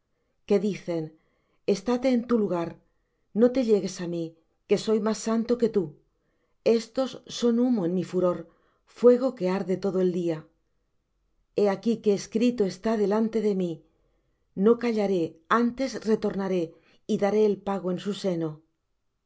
que dicen estáte en tu lugar no te llegues á mí que soy más santo que tú éstos son humo en mi furor fuego que arde todo el día he aquí que escrito está delante de mí no callaré antes retornaré y daré el pago en su seno